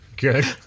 Good